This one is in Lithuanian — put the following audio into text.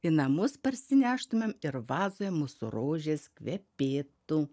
į namus parsineštumėm ir vazoje mūsų rožės kvepėtų